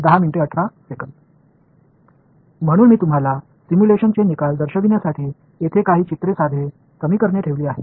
म्हणून मी तुम्हाला सिम्युलेशन चे निकाल दर्शविण्यासाठी येथे काही चित्रे साधे समीकरणे ठेवली आहेत